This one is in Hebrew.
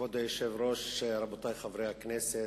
כבוד היושב-ראש, רבותי חברי הכנסת,